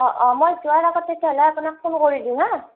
অঁ অঁ মই যোৱাৰ আগত তেতিয়াহ'লে আপোনাক ফ'ন কৰি দিম হাঁ